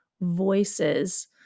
voices